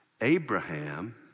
Abraham